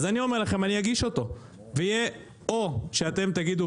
אז אני אגיש אותו ויהיה או שאתם תגידו